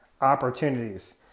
opportunities